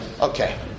Okay